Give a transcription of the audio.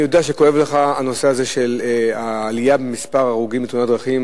אני יודע שכואב לך הנושא הזה של העלייה במספר ההרוגים בתאונות הדרכים.